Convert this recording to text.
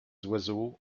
oiseaux